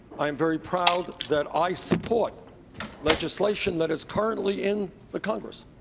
i'm very proud that i support legislation that is currently in the congress,